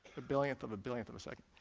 billionth of a billionth of a second.